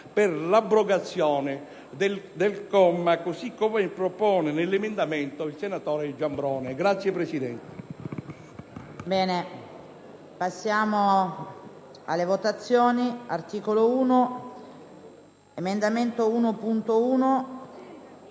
per l'abrogazione del comma, così come propone nell'emendamento il senatore Giambrone.